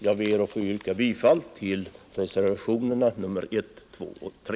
Jag ber att få yrka bifall till reservationerna 1, 2 och 3.